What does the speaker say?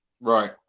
Right